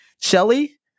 Shelly